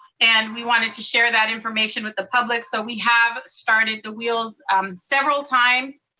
and we wanted to share that information with the public. so we have started the wheels several times.